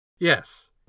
yes